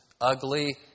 ugly